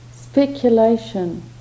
Speculation